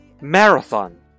Marathon